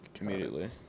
immediately